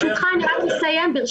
ברשותך, אני אסיים.